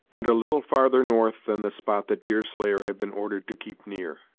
and a little farther north than the spot that deerslayer had been ordered to keep near.